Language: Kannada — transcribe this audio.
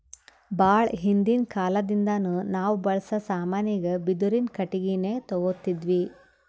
ಭಾಳ್ ಹಿಂದಿನ್ ಕಾಲದಿಂದಾನು ನಾವ್ ಬಳ್ಸಾ ಸಾಮಾನಿಗ್ ಬಿದಿರಿನ್ ಕಟ್ಟಿಗಿನೆ ತೊಗೊತಿದ್ವಿ